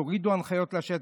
תורידו הנחיות לשטח,